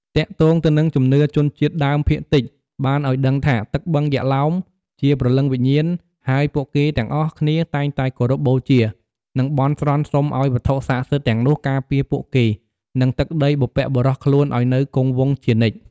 ទាក់ទង់ទៅនឹងជំនឿជនជាតិដើមភាគតិចបានឲ្យដឹងថាទឹកបឹងយក្សឡោមជាព្រលឹងវិញ្ញាណ ហើយពួកគេទាំងអស់គ្នាតែងតែគោរពបូជា និងបន់ស្រន់សុំឱ្យវត្ថុសក្តិសិទ្ធិទាំងនោះការពារពួកគេ និងទឹកដីបុព្វបុរសខ្លួនឱ្យនៅគង់វង្សជានិច្ច ។